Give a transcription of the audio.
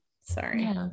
Sorry